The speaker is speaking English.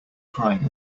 crying